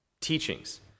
teachings